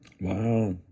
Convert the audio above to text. Wow